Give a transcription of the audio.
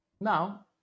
Now